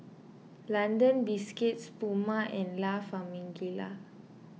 London Biscuits Puma and La Famiglia